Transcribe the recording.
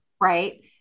Right